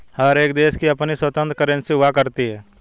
हर एक देश की अपनी स्वतन्त्र करेंसी हुआ करती है